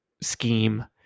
scheme